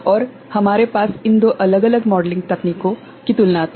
और हमारे पास इन दो अलग अलग मॉडलिंग तकनीकों की तुलना थी